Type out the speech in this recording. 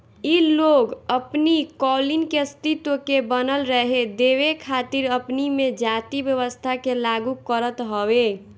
इ लोग अपनी कॉलोनी के अस्तित्व के बनल रहे देवे खातिर अपनी में जाति व्यवस्था के लागू करत हवे